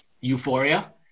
Euphoria